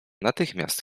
natychmiast